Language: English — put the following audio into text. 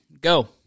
Go